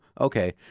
okay